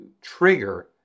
trigger